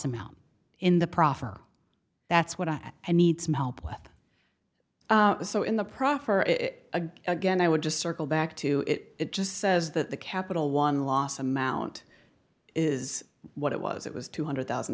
amount in the proffer that's what i need some help with so in the proffer it again i would just circle back to it it just says that the capital one loss amount is what it was it was two hundred thousand